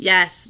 Yes